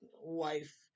wife